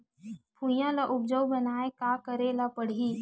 भुइयां ल उपजाऊ बनाये का करे ल पड़ही?